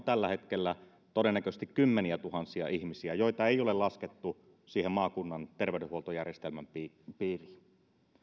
tällä hetkellä todennäköisesti kymmeniätuhansia ihmisiä joita ei ole laskettu siihen maakunnan terveydenhuoltojärjestelmän